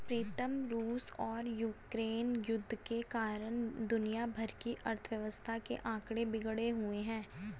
प्रीतम रूस और यूक्रेन युद्ध के कारण दुनिया भर की अर्थव्यवस्था के आंकड़े बिगड़े हुए